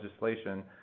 legislation